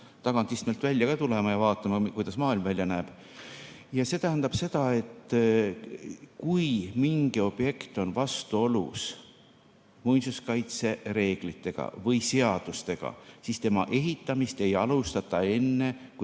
tagaistmelt ära tulema ja vaatama, kuidas maailm välja näeb. See tähendab seda, et kui mingi objekt on vastuolus muinsuskaitsereeglitega või seadustega, siis tema ehitamist ei alustata enne, kui